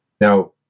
Now